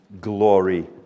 glory